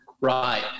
Right